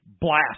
blast